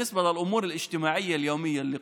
הבה ננסה כמידת יכולתנו לצמצם את המנהגים שאנו